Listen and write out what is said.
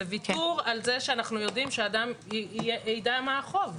זה ויתור על כך שאנחנו יודעים שאדם ידע מה החוב.